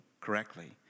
correctly